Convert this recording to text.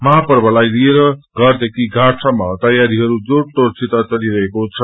महापर्वलाइ लिएर घरदेखि घाटसम्म तयारीह जोड़तोड़सित चलिरहेको छ